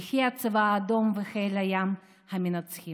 יחי הצבא האדום וחיל הים המנצחים.